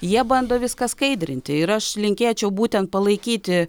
jie bando viską skaidrinti ir aš linkėčiau būtent palaikyti